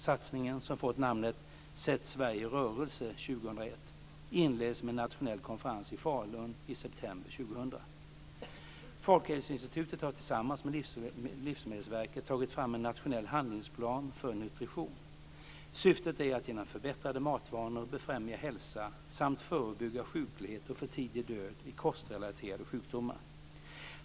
Satsningen, som fått namnet "Sätt Sverige i rörelse 2001", inleds med en nationell konferens i Falun i september 2000. Folkhälsoinstitutet har tillsammans med Livsmedelsverket tagit fram en nationell handlingsplan för nutrition. Syftet är att genom förbättrade matvanor befrämja hälsa samt förebygga sjuklighet och för tidig död i kostrelaterade sjukdomar.